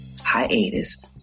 hiatus